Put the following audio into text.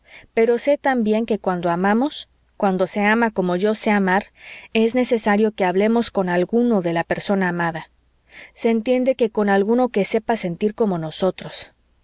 pero sé también que cuando amamos cuando se ama como yo sé amar es necesario que hablemos con alguno de la persona amada se entiende que con alguno que sepa sentir como nosotros